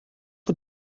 het